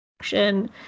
action